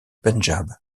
pendjab